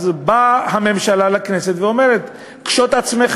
אז באה הממשלה לכנסת ואומרת: קשוט עצמך